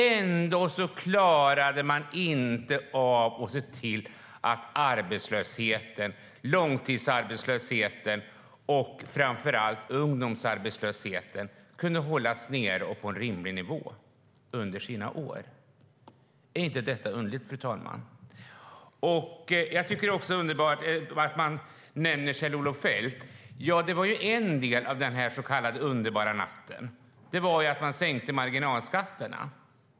Ändå klarade man inte av att se till att arbetslösheten, långtidsarbetslösheten och framför allt ungdomsarbetslösheten kunde hållas nere på en rimlig nivå under sina regeringsår. Är inte detta underligt, fru talman? Fredrik Schulte nämner Kjell-Olof Feldt. Ja, en del av den så kallade underbara natten var ju att man sänkte marginalskatterna.